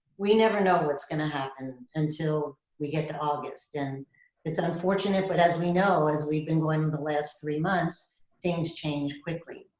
we never know but what's gonna happen until we get to august. and it's unfortunate, but as we know, as we've been going the last three months, things change quickly.